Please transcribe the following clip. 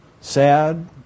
sad